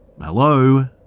Hello